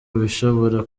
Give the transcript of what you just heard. bishobora